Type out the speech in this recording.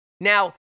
Now